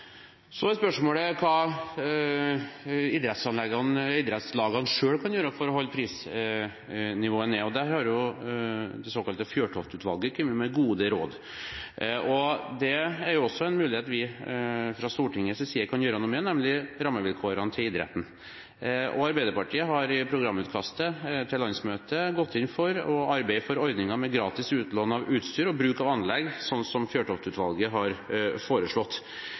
Så er spørsmålet hva idrettslagene selv kan gjøre for å holde prisnivået nede. I den forbindelse har det såkalte Fjørtoft-utvalget kommet med gode råd. Og det er noe vi fra Stortingets side kan gjøre noe med, nemlig idrettens rammevilkår. Arbeiderpartiet har i programutkastet til landsmøtet gått inn for å arbeide for ordninger med gratis utlån av utstyr og bruk av anlegg, slik som Fjørtoft-utvalget har foreslått.